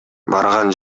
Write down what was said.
барган